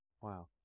Wow